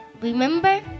remember